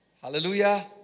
Hallelujah